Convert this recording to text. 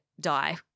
die